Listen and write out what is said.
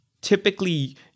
Typically